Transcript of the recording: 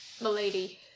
milady